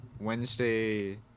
Wednesday